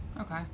Okay